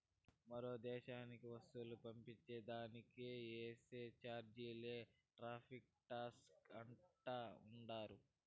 మరో దేశానికి వస్తువులు పంపే దానికి ఏసే చార్జీలే టార్రిఫ్ టాక్స్ అంటా ఉండారు